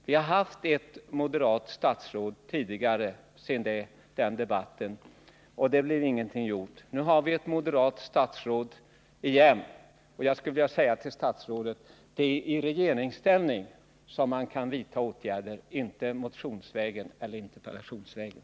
Vi har haft ett moderat statsråd sedan den debatten, och det blev ingenting gjort. Nu har vi återigen ett moderat statsråd. Jag skulle vilja säga till statsrådet: Det är i regeringsställning som man kan vidta åtgärder — inte motionsvägen eller interpellationsvägen.